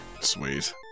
Sweet